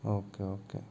okay okay